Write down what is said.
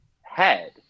head